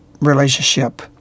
relationship